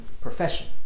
profession